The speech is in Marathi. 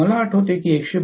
मला आठवते की ते 112